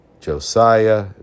Josiah